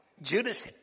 Judas